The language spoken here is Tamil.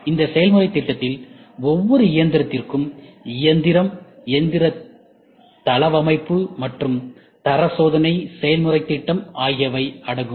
எனவே இந்த செயல்முறை திட்டத்தில் ஒவ்வொரு இயந்திரத்திற்கும் இயந்திரம் இயந்திர தளவமைப்பு மற்றும் தர சோதனை செயல்முறை திட்டம் ஆகியவை அடங்கும்